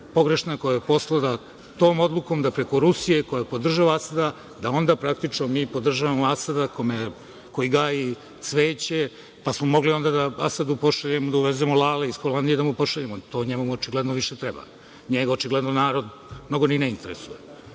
pogrešna, koja je poslata tom odlukom da preko Rusije, koja podržava Asada, da onda praktično mi podržavamo Asada, koji gaji cveće, pa smo mogli onda da Asadu pošaljemo, da uvezemo lale iz Holandije i da mu pošaljemo. To njemu očigledno više treba. Njega očigledno narod mnogo i ne interesuje. Prema